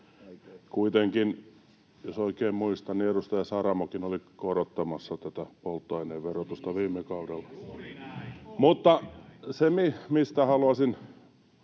Kuitenkin, jos oikein muistan, edustaja Saramokin oli korottamassa tätä polttoaineverotusta viime kaudella. [Timo Heinonen: Se oli niin